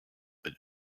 but